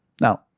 Now